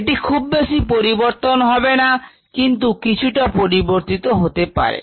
এটি খুব বেশি পরিবর্তন হবেনা কিন্ত কিছুটা পরিবর্তিত হতে পারে